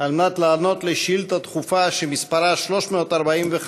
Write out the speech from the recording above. על מנת לענות על שאילתה דחופה שמספרה 345,